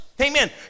Amen